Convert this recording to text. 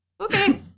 Okay